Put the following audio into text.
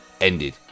ended